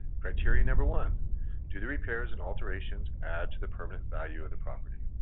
criteria number one do the repairs and alterations add to the permanent value of the property?